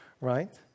right